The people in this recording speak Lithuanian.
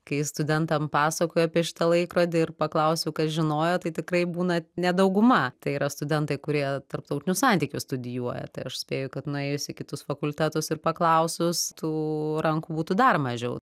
kai studentam pasakoja apie šitą laikrodį ir paklausiau kas žinojo tai tikrai būna ne dauguma tai yra studentai kurie tarptautinius santykius studijuoja tai aš spėju kad nuėjus į kitus fakultetus ir paklausus tų rankų būtų dar mažiau